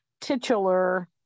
titular